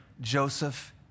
Joseph